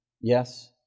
Yes